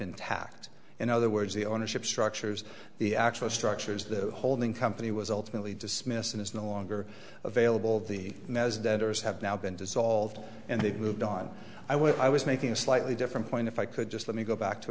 intact in other words the ownership structures the actual structures the holding company was ultimately dismissed and it's no longer available the mess debtors have now been dissolved and they've moved on i wish i was making a slightly different point if i could just let me go back to